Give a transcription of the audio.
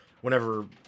whenever